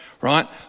right